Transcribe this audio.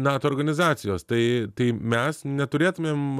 nato organizacijos tai tai mes neturėtumėm